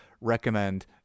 recommend